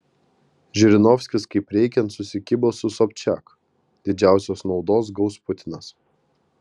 žirinovskis kaip reikiant susikibo su sobčiak didžiausios naudos gaus putinas